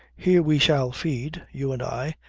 here we shall feed, you and i,